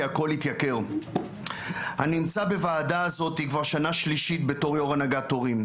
אני נמצא בוועדה הזאת כבר שנה שלישית בתור יו"ר הנהגת הורים,